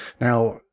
now